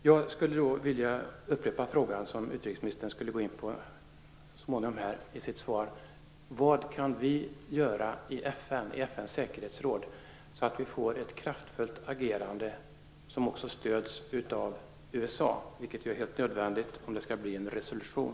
Jag vill då upprepa den fråga som utrikesministern så småningom skulle gå in på: Vad kan vi göra i FN:s säkerhetsråd så att vi får ett kraftfullt agerande som också stöds av USA, vilket ju är helt nödvändigt om det skall bli en resolution?